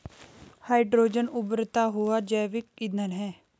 hydrogen उबरता हुआ जैविक ईंधन है